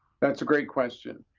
that's a great question.